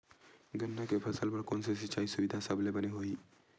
गन्ना के फसल बर कोन से सिचाई सुविधा सबले बने होही?